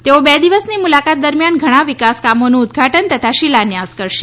તેઓ બે દિવસની મુલાકાત દરમિયાન ઘણા વિકાસકામોનું ઉદઘાટન કરશે તથા શિલાન્યાસ કરશે